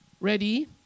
Ready